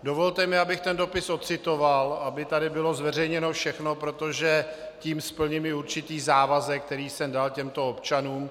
Dovolte mi, abych ten dopis odcitoval, aby tady bylo zveřejněno všechno, protože tím splním i určitý závazek, který jsem dal těmto občanům.